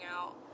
out